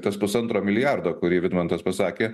tas pusantro milijardo kurį vidmantas pasakė